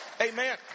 Amen